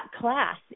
class